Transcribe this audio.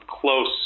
Close